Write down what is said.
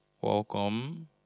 Welcome